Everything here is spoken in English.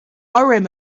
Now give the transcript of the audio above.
urim